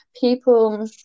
people